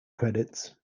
credits